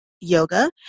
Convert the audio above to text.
yoga